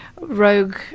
rogue